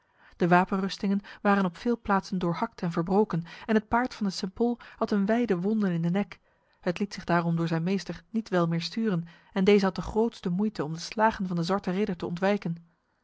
de wapenrustingen waren op veel plaatsen doorhakt en verbroken en het paard van de st pol had een wijde wonde in de nek het liet zich daarom door zijn meester niet wel meer sturen en deze had de grootste moeite om de slagen van de zwarte ridder te ontwijken